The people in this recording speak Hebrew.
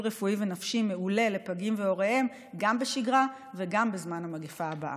רפואי ונפשי מעולה לפגים והוריהם גם בשגרה וגם בזמן המגפה הבאה.